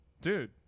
Dude